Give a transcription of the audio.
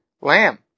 lamb